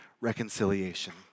reconciliation